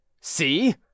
See